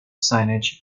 signage